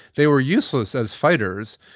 they were useless as fighters.